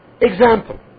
example